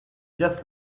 just